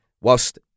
whilst